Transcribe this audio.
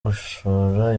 gushora